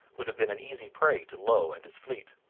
would have been an easy prey to low and his fleet.